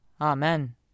Amen